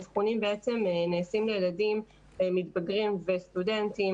אבחונים נעשים לילדים מתבגרים וסטודנטים,